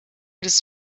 des